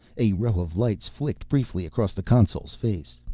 a row of lights flicked briefly across the console's face.